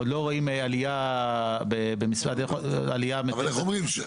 עוד לא רואים עלייה מיוחדת במספר --- אבל איך אומרים?